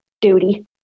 duty